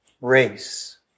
race